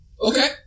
Okay